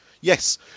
Yes